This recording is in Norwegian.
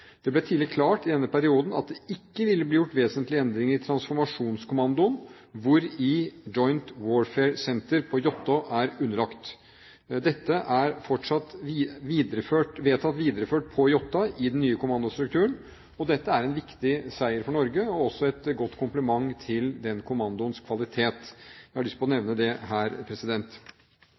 Det ble tidlig klart i denne perioden at det ikke ville bli gjort vesentlige endringer i transformasjonskommandoen, hvori Joint Warfare Centre på Jåttå er underlagt. Dette er vedtatt videreført på Jåttå i den nye kommandostrukturen, og det er en viktig seier for Norge og også en god kompliment til den kommandoens kvalitet. Jeg har lyst til å nevne det her.